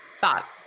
Thoughts